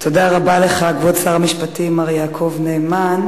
תודה רבה לך, כבוד שר המשפטים מר יעקב נאמן.